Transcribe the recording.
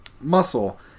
muscle